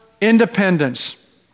independence